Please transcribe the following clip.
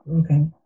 Okay